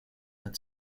над